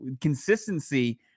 consistency –